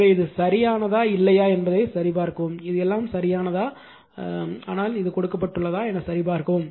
எனவே இது சரியானதா இல்லையா என்பதைச் சரிபார்க்கவும் இது எல்லாம் சரியானதா ஆனால் இது கொடுக்கப்பட்டுள்ளதா என சரிபார்க்கவும்